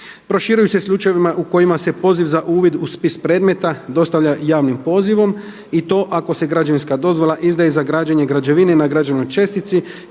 Proširuju se slučajevi u kojima se poziv za uvid u spis predmeta dostavlja javnim pozivom i to ako se građevinska dozvola izdaje za građenje građevine na građevnoj čestici